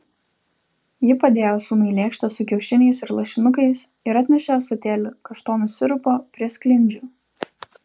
ji padėjo sūnui lėkštę su kiaušiniais ir lašinukais ir atnešė ąsotėlį kaštonų sirupo prie sklindžių